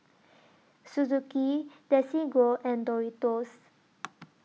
Suzuki Desigual and Doritos